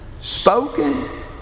spoken